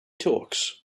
talks